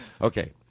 Okay